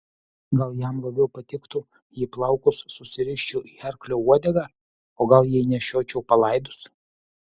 gal jam labiau patiktų jei plaukus susiriščiau į arklio uodegą o gal jei nešiočiau palaidus